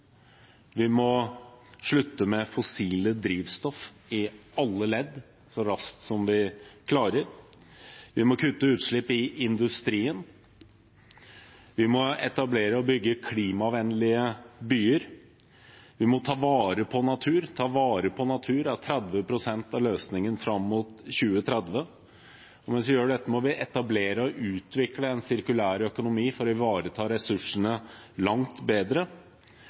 fossile drivstoff i alle ledd så raskt som vi klarer. Vi må kutte utslipp i industrien. Vi må etablere og bygge klimavennlige byer. Vi må ta vare på natur. Å ta vare på natur er 30 pst. av løsningen fram mot 2030. Mens vi gjør dette må vi etablere og utvikle en sirkulærøkonomi for å ivareta ressursene langt bedre.